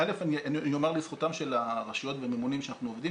אני אומר לזכותם של הרשויות והממונים שאנחנו עובדים